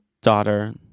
daughter